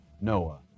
noah